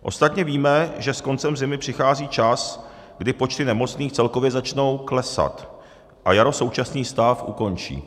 Ostatně víme, že s koncem zimy přichází čas, kdy počty nemocných celkově začnou klesat, a jaro současný stav ukončí.